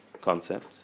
concept